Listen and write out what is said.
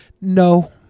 No